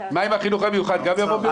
החינוך המיוחד גם יבוא ביום רביעי?